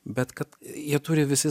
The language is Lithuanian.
bet kad jie turi visi